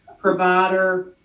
provider